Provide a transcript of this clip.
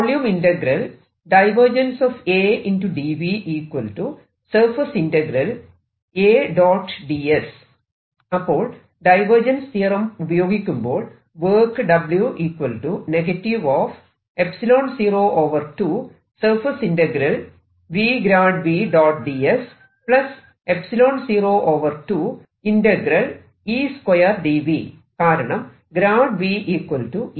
അതായത് അപ്പോൾ divergence theorem ഉപയോഗിക്കുമ്പോൾ വർക്ക് കാരണം V E ഇലക്ട്രിക്ക് ഫീൽഡ് ആണ്